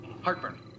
Heartburn